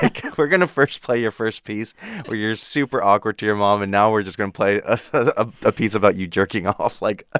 like, we're going to first play your first piece where you're super awkward to your mom. and now we're just going to play a ah ah piece about you jerking off. like, ah